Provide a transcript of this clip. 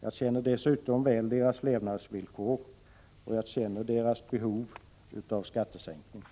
Jag känner dessutom väl deras levnadsvillkor och behov av skattesänkningar.